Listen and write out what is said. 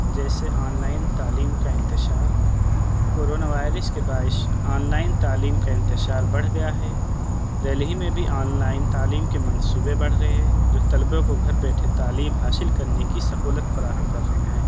جیسے online تعلیم کا انتشار کرونا وائرس کے باعش آن لائن تعلیم کا انتشار بڑھ گیا ہے دہلی میں بھی آن لائن تعلیم کے منصوبے بڑھ رہے ہے جو طلبہ کو گھر بیٹے تعلیم حاصل کرنے کی سہولت فراہم کر رہے ہیں